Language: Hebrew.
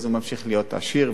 הוא ממשיך להיות עשיר.